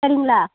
சரிங்களா